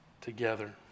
together